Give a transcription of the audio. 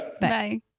Bye